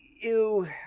ew